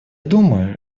думаю